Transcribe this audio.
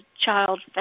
child